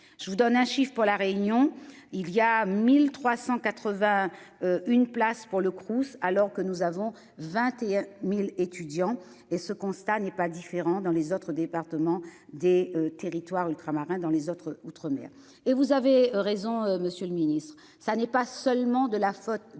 Je vous donne un chiffre, pour la réunion il y a 1380. Une place pour le Crous alors que nous avons 21.000 étudiants et ce constat n'est pas différent dans les autres départements des territoires ultramarins. Dans les autres outre-mer et vous avez raison, Monsieur le Ministre, ça n'est pas seulement de la faute